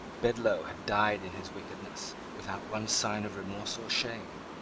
bedloe had died in his wickedness, without one sign of remorse or shame.